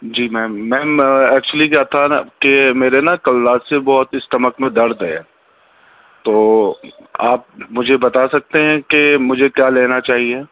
جی ma'am ma'am actually کیا تھا نا کہ میرے نا کل رات سے بہت ایسٹمک میں درد ہے تو آپ مجھے بتا سکتے ہیں کہ مجھے کیا لینا چاہیے